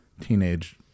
teenage